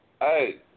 Hey